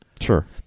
Sure